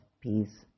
peace